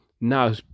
now